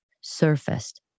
surfaced